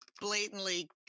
blatantly